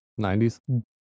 90s